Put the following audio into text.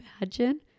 imagine